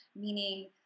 meaning